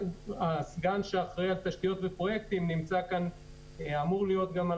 הסגן שאחראי על תשתיות בפרויקטים נמצא כאן ואמורים להיות על